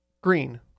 Green